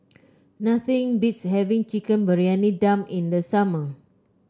nothing beats having Chicken Briyani Dum in the summer